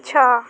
ଛଅ